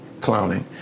clowning